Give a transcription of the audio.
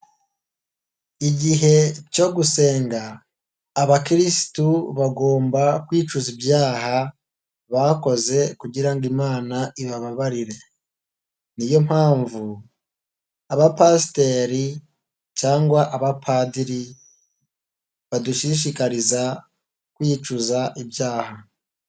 Igihe cyo gusenga abakiriristu bagomba kwicuza ibyaha bakoze kugira ngo imana ibababarire, niyo mpamvu abapasiteri cyangwa abapadiri badushishikariza kwicuza ibyaha.